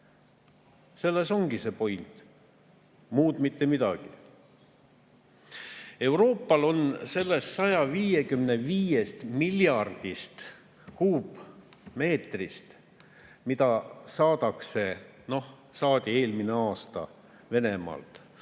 Selles ongi point, muud mitte midagi. Euroopal on sellest 155 miljardist kuupmeetrist, mis saadi eelmine aasta Venemaalt,